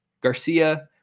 Garcia